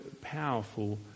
powerful